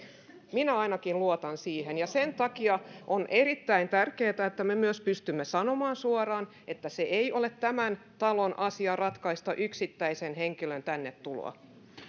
minä ainakin luotan siihen ja sen takia on erittäin tärkeätä että me myös pystymme sanomaan suoraan että ei ole tämän talon asia ratkaista yksittäisen henkilön tänne tuloa